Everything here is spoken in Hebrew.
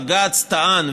בג"ץ טען,